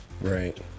Right